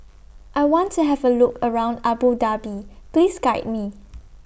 I want to Have A Look around Abu Dhabi Please Guide Me